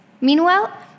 Meanwhile